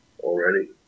Already